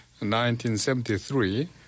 1973